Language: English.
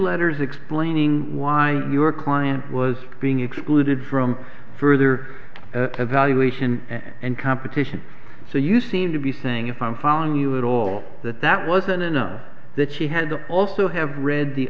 letters explaining why your client was being excluded from further evaluation and competition so you seem to be saying if i'm following you and all that that wasn't enough that she had to also have read the